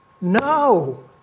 no